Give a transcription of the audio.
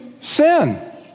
sin